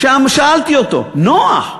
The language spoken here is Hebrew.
שם שאלתי אותו: נח,